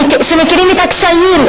שמכירים את הקשיים,